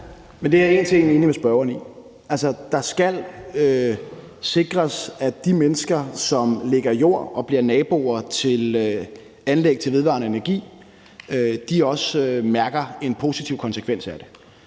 Det er jeg en til en enig med spørgeren i. Det skal sikres, at de mennesker, som lægger jord til og bliver naboer til anlæg til vedvarende energi, også mærker en positiv konsekvens af det,